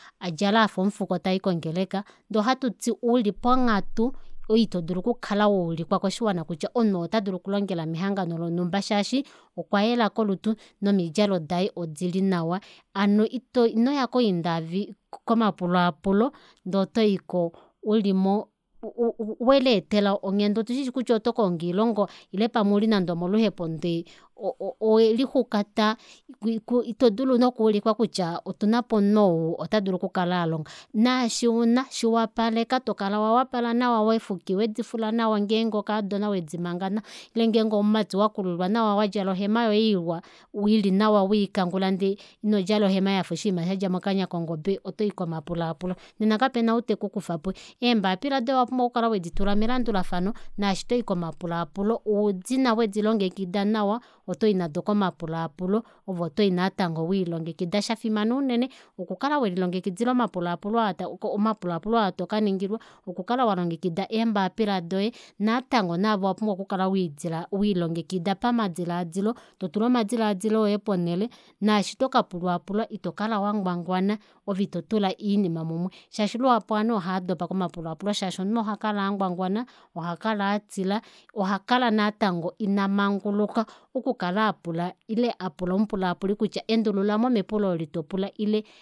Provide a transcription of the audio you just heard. Adjale afa omufuko tai kongeleka ndee ohatuti uli ponghatu oyo itodulu okukala waulikwa koshiwana kutya omunhu oo ota dulu okukala alongela mehangano lonhumba shaashi okwa yela kolutu nomidjalo daye odili nawa hono inoya komapulaapulo ndee otoyi ulimo weleetela onghenda otushishi kutya otokongo oilonga ile pawe ouli nande omoluhepo ndee o- o- o- owelixukata ito dulu nokuulikwa kutya otunapo omunhu ou ota dulu okukala alonga naashi una shiwapaleka tokala wawapala nawa eexwiki wedifula nawa ngeenge okaadona wedimanga nawa ile ngenge oumumati wakululwa nawa wadjala ohema yoye iwa ili nawa wiikangula ndee inodjla ohema yafa oshiima shadja mokanya kongobe otoyi komapulaapulo nena kapena ou tekukufapo eembaapila doye owapumbwa okukala wedi tula melandulafano naashi toyi komapulaapulo uudina wedilongekida nawa otoyi nado komapulaapulo ove otoyi natango wiilongekida shafimana unene oku kala welilongekidila omapulaapulo aa tokaningilwa okukala welilongekida eembapila doye natango naave owa pumbwa oku kala weelilongekida pamadilaadilo totula omadilaadilo oye ponele naashi toka pulwaapulwa ito kala wangwangwana ove itotula oinima mumwe shaashi luhapu ovanhu ovanhu ohaadopa komapulaapulo shashi omunhu ohakala angwangwana ohakala atila ohakala nango ina manguluka oku kala apula ile apula omupulaapuli kutya endululamo mepulo olo topula